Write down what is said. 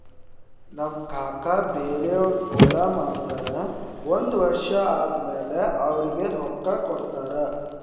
ನಮ್ ಕಾಕಾ ಬ್ಯಾರೆ ಅವ್ರದ್ ಹೊಲಾ ಮಾಡ್ತಾರ್ ಒಂದ್ ವರ್ಷ ಆದಮ್ಯಾಲ ಅವ್ರಿಗ ರೊಕ್ಕಾ ಕೊಡ್ತಾರ್